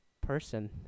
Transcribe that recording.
person